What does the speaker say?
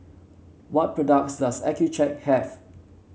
what products does Accucheck have